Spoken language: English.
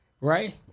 Right